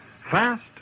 Fast